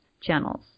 channels